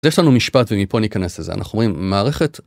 יש לנו משפט ומפה ניכנס לזה אנחנו אומרים מערכת.